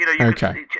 Okay